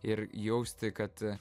ir jausti kad